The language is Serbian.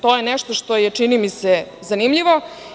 To je nešto što je, čini mi se, zanimljivo.